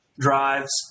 Drives